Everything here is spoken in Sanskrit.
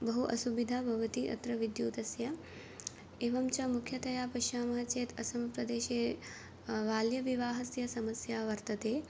बहु असुविधा भवति अत्र विद्युतस्य एवं च मुख्यतया पश्यामः चेत् असमप्रदेशे बाल्यविवाहस्य समस्या वर्तते